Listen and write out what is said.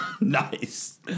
Nice